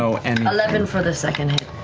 so and eleven for the second hit.